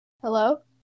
Hello